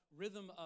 rhythm